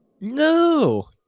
No